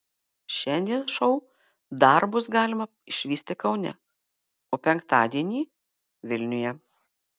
šiandien šou dar bus galima išvysti kaune o penktadienį vilniuje